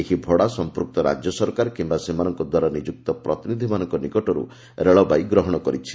ଏହି ଭଡ଼ା ସଂପୃକ୍ତ ରାଜ୍ୟ ସରକାର କିମ୍ବା ସେମାନଙ୍କ ଦ୍ୱାରା ନିଯୁକ୍ତ ପ୍ରତିନିଧିମାନଙ୍କ ନିକଟରୁ ରେଳବାଇ ଗ୍ରହଣ କରିଛି